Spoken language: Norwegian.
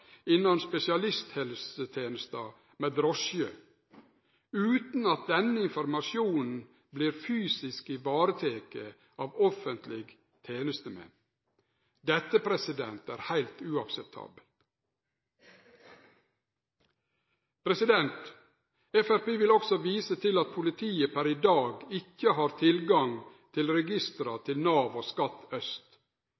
innan spesialisthelsetenesta med drosje, utan at denne informasjonen har vorte fysisk vareteken av offentlege tenestemenn. Dette er heilt uakseptabelt. Framstegspartiet vil òg vise til at politiet per i dag ikkje har tilgang til registra